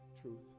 truth